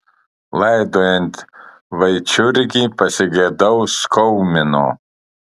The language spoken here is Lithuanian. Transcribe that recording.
laidojant vaičiurgį pasigedau skaumino